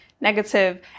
negative